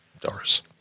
Doris